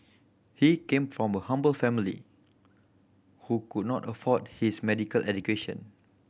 he came from a humble family who could not afford his medical education